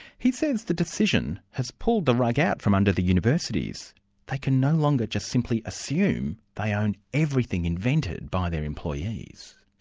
he says the decision has pulled the rug out from under the universities they can no longer just simply assume they ah own everything invented by their employees.